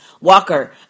Walker